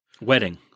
Wedding